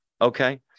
Okay